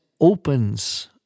opens